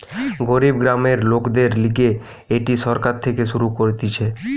গরিব গ্রামের লোকদের লিগে এটি সরকার থেকে শুরু করতিছে